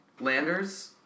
Landers